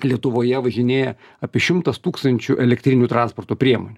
lietuvoje važinėja apie šimtas tūkstančių elektrinių transporto priemonių